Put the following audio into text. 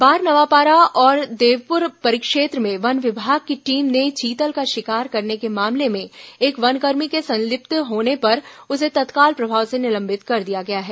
बारनवापारा और देवपुर परिक्षेत्र में वन विभाग की टीम ने चीतल का शिकार करने के मामले में एक वनकर्मी के संलिप्त होने पर उसे तत्काल प्रभाव से निलंबित कर दिया है